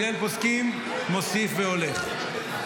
בית הלל פוסקים: מוסיף והולך.